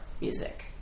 music